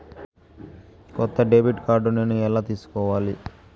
కొత్త debit card నేను ఎలా తీసుకోవాలి?